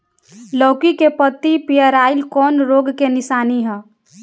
लौकी के पत्ति पियराईल कौन रोग के निशानि ह?